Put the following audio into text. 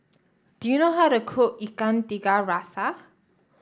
do you know how to cook Ikan Tiga Rasa